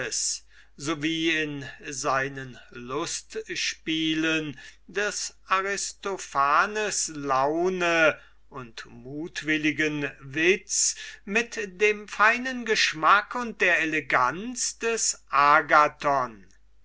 wie in seinen lustspielen des aristophanes laune und mutwilligen witz mit dem feinen geschmack und der eleganz des agathon